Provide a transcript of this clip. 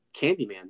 Candyman